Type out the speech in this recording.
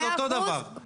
זה מאה אחוז.